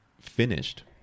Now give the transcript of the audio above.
finished